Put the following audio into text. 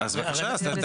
אז בבקשה, תסביר לנו.